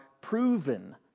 proven